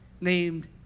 named